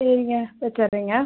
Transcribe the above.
சரிங்க வச்சுட்றேங்க